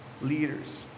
leaders